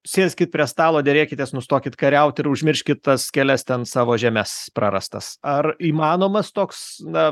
sėskit prie stalo derėkitės nustokit kariaut ir užmirškit tas kelias ten savo žemes prarastas ar įmanomas toks na